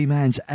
Man's